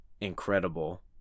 incredible